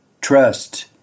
Trust